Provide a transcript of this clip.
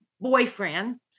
boyfriend